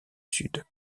sud